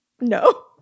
No